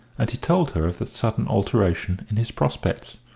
and he told her of the sudden alteration in his prospects.